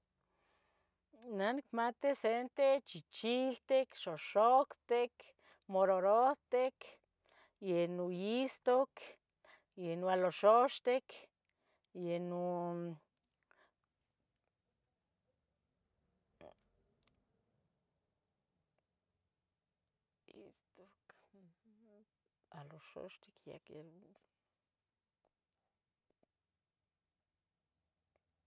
Nah nicmati sete chichiltic, xoxoctec, morarohtic, yono istoc, yeh no aloxoxtic, yeh non quenih itoocaa, aloxoxtic ya.